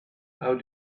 how